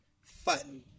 Fun